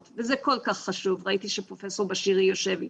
וזה כל כך חשוב וראיתי שפרופסור בשירי יושב איתנו,